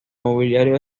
mobiliario